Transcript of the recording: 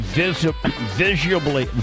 visibly